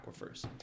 aquifers